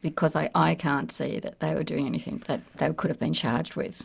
because i i can't see that they were doing anything that they could have been charged with.